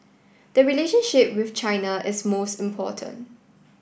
the relationship with China is most important